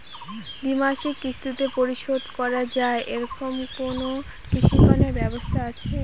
দ্বিমাসিক কিস্তিতে পরিশোধ করা য়ায় এরকম কোনো কৃষি ঋণের ব্যবস্থা আছে?